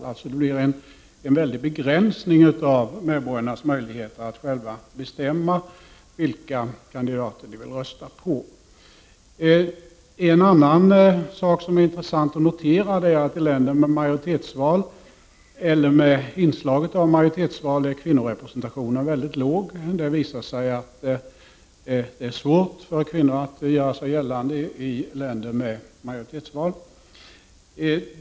Det innebär alltså en väldig begränsning av medborgarnas möjligheter att själva bestämma vilka kandidater de vill rösta på. En annan sak som är intressant att notera är att i länder med majoritetsval eller med inslag av majoritetsval är kvinnorepresentationen väldigt låg. Det har visat sig att det är svårt för kvinnor att göra sig gällande i länder med majoritetsval.